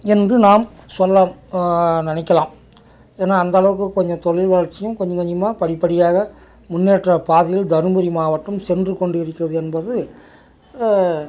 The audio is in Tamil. என்று நாம் சொல்லாம் நினைக்கலாம் ஏன்னால் அந்தளவுக்கு கொஞ்சம் தொழில் வளர்ச்சியும் கொஞ்சம் கொஞ்சமாக படிப்படியாக முன்னேற்றப் பாதையில் தரும்புரி மாவட்டம் சென்று கொண்டிருக்கிறது என்பது